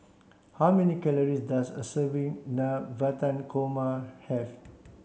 how many calories does a serving Navratan Korma have